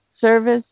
service